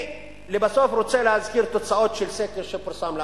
לבסוף אני רוצה להזכיר תוצאות של סקר שפורסם לאחרונה,